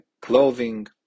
clothing